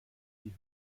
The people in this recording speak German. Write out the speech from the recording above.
die